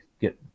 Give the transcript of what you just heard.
get